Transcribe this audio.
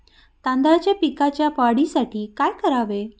तांदळाच्या पिकाच्या वाढीसाठी काय करावे?